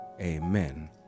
amen